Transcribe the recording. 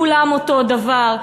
כולם אותו דבר,